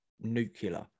nuclear